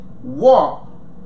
walk